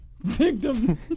Victim